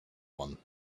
one